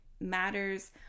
matters